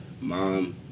mom